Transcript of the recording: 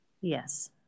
Yes